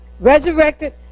resurrected